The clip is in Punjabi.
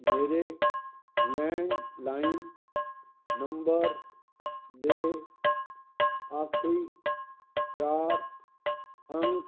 ਮੇਰੇ ਲੈਂਡਲਾਈਨ ਨੰਬਰ ਦੇ ਆਖਰੀ ਚਾਰ ਅੰਕ